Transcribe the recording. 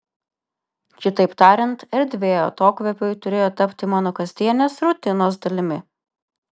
kitaip tariant erdvė atokvėpiui turėjo tapti mano kasdienės rutinos dalimi